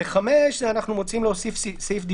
ב-5 אנחנו רוצים להוסיף סעיף דווח,